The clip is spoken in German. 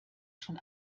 schon